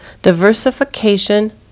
Diversification